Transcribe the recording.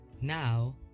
now